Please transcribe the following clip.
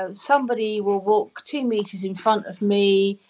ah somebody will walk two metres in front of me,